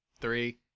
Three